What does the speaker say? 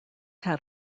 had